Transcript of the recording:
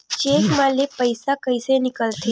Cheque म ले पईसा कइसे निकलथे?